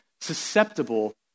susceptible